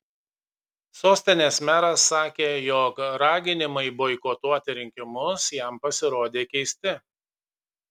sostinės meras sakė jog raginimai boikotuoti rinkimus jam pasirodė keisti